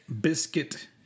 Biscuit